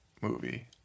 movie